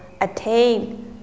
attain